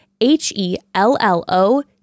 h-e-l-l-o